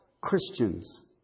Christians